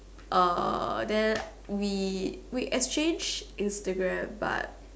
uh then we we exchange Instagram but